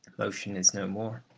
motion is no more.